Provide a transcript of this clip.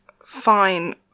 Fine